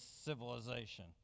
civilization